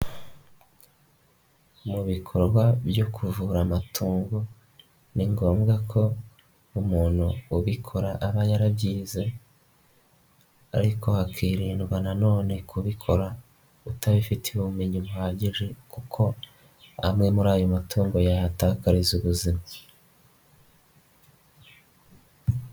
Mu bikorwa byo kuvura amatungo ni ngombwa ko umuntu ubikora aba yarabyize ariko hakirindwa na none kubikora utabifitiye ubumenyi buhagije kuko amwe muri ayo matungo yahatakariza ubuzima.